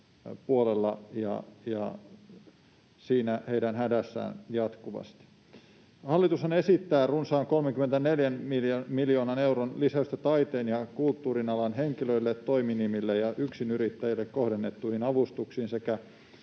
puolella ja siinä heidän hädässään jatkuvasti. Hallitushan esittää runsaan 34 miljoonan euron lisäystä taiteen ja kulttuurin alan henkilöille, toiminimille ja yksinyrittäjille kohdennettuihin avustuksiin sekä